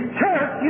church